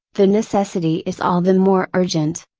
the necessity is all the more urgent.